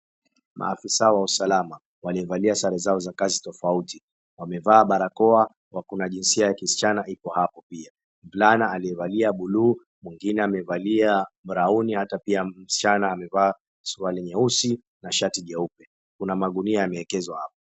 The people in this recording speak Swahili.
Maafisaa wa usalama waliovalia sare zao za kazi tofauti wamevaa barakoa na kuna jinsia ya kisichana iko hapo pia. Mvulana aliyevalia buluu mwingine amevalia brown na hata msichana amevaa suruali nyeusi na shati jeupe, kuna magunia yameekezwa hapo.